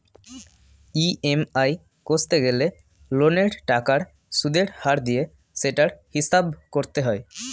EMI কষতে গেলে লোনের টাকার সুদের হার দিয়ে সেটার হিসাব করতে হয়